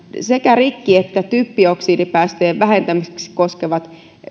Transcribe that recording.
sekä rikki että typpioksidipäästöjen vähentämistä koskevat